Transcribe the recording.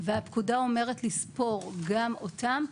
והפקודה אומרת לסקור גם אותם,